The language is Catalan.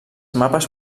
mapes